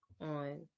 on